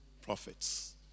prophets